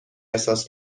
احساس